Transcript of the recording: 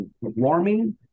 warming